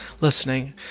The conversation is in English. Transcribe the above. listening